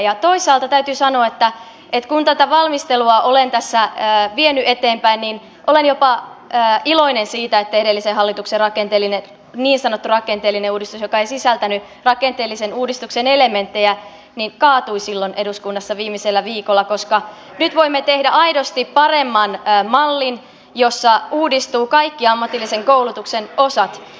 ja toisaalta täytyy sanoa että kun tätä valmistelua olen tässä vienyt eteenpäin niin olen jopa iloinen siitä että edellisen hallituksen niin sanottu rakenteellinen uudistus joka ei sisältänyt rakenteellisen uudistuksen elementtejä kaatui silloin eduskunnassa viimeisellä viikolla koska nyt voimme tehdä aidosti paremman mallin jossa uudistuu kaikki ammatillisen koulutuksen osat